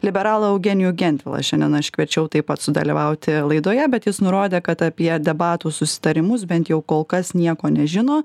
liberalą eugenijų gentvilą šiandien aš kviečiau taip pat sudalyvauti laidoje bet jis nurodė kad apie debatų susitarimus bent jau kol kas nieko nežino